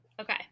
Okay